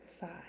five